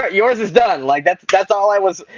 but yours is done like that's that's all i was,